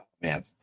man